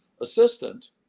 assistant